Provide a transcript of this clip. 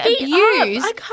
abused